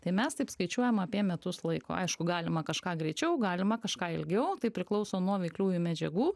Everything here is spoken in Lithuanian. tai mes taip skaičiuojam apie metus laiko aišku galima kažką greičiau galima kažką ilgiau tai priklauso nuo veikliųjų medžiagų